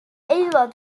aelod